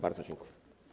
Bardzo dziękuję.